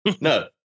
No